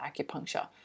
acupuncture